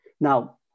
Now